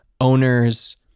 owners